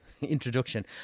introduction